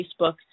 Facebook